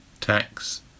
tax